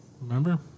Remember